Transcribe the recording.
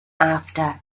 after